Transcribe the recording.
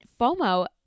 FOMO